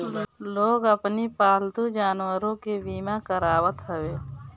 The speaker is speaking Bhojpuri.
लोग अपनी पालतू जानवरों के बीमा करावत हवे